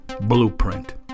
blueprint